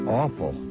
awful